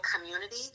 community